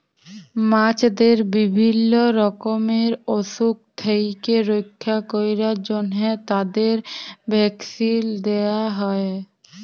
মাছদের বিভিল্য রকমের অসুখ থেক্যে রক্ষা ক্যরার জন্হে তাদের ভ্যাকসিল দেয়া হ্যয়ে